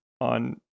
on